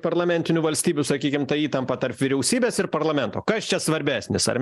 parlamentinių valstybių sakykim ta įtampa tarp vyriausybės ir parlamento kas čia svarbesnis ar